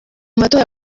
matora